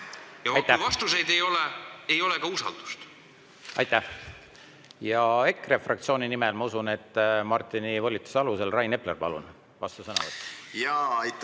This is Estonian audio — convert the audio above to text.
ei ole, siis ei ole ka usaldust. Aitäh! Ja EKRE fraktsiooni nimel, ma usun, et Martini volituse alusel, Rain Epler, palun! Vastusõnavõtt. Aitäh!